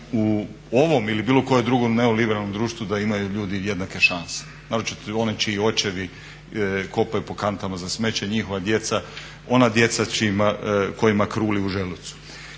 u ovom ili bilo kojem drugom neoliberalnom društvu da imaju ljudi jednake šanse, naročito oni čiji očevi kopaju po kantama za smeće njihova djeca, ona djeca ona djeca kojima kruli u želucu.